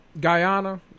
Guyana